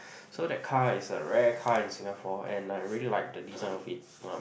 so that car is a rare car in Singapore and I really like the design of it um